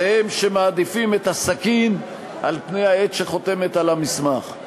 זה הם שמעדיפים את הסכין על-פני העט שחותם על המסמך.